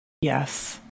Yes